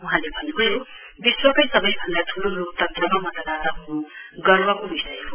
वहाँले भन्नुभयो विश्वकै सवैभन्दा ठूलो लोकतन्त्रमा मतदाता हुनु गर्वको विषय हो